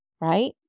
Right